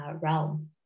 realm